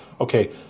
okay